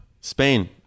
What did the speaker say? Spain